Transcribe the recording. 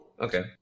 okay